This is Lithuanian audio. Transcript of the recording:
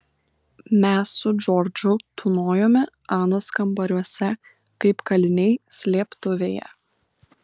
mes su džordžu tūnojome anos kambariuose kaip kaliniai slėptuvėje